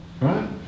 right